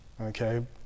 okay